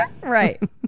Right